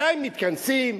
מתי מתכנסים,